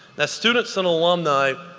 now students and alumni,